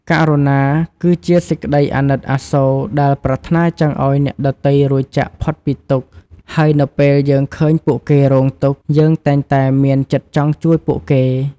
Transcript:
ករុណាគឺជាសេចក្តីអាណិតអាសូរដែលប្រាថ្នាចង់ឲ្យអ្នកដទៃរួចចាកផុតពីទុក្ខ ហើយនៅពេលយើងឃើញពួកគេរងទុក្ខ យើងតែងតែមានចិត្តចង់ជួយពួកគេ។